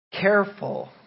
careful